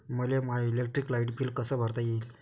मले my electric light bill कस भरता येईल?